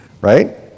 Right